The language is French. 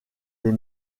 des